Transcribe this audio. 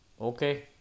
Okay